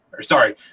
Sorry